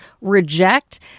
reject